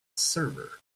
server